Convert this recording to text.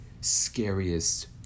scariest